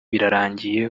birarangiye